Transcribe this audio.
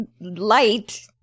light